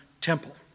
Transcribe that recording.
temple